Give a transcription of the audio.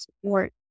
support